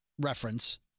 reference